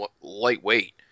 lightweight